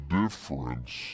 difference